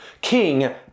king